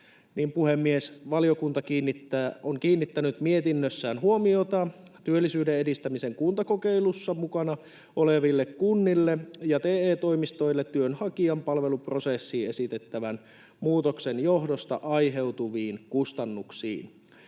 Puhemies! Valiokunta on kiinnittänyt mietinnössään huomiota työllisyyden edistämisen kuntakokeilussa mukana oleville kunnille ja TE-toimistoille työnhakijan palveluprosessiin esitettävän muutoksen johdosta aiheutuviin kustannuksiin.